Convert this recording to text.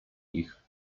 ich